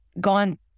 gone